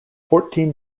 fourteen